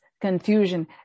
confusion